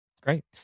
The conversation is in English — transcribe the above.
Great